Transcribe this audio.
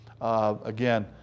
Again